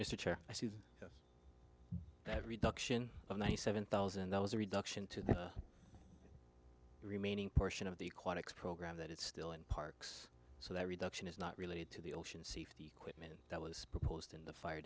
see that reduction of ninety seven thousand that was a reduction to the the remaining portion of the aquatics program that is still in parks so that reduction is not related to the ocean safety equipment that was proposed in the fire